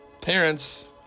parents